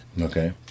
Okay